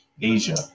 asia